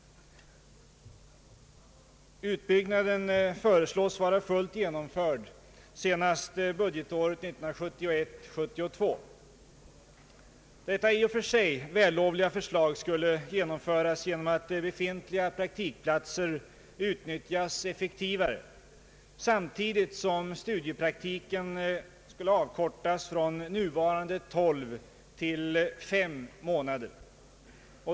Utbyggnaden föreslås vara fullt genomförd senast budgetåret 1971/72. Detta i och för sig vällovliga förslag skulle genomföras genom att befintliga praktikplatser utnyttjades effektivare samtidigt som studiepraktiken skulle avkortas från nuvarande tolv till fem månader.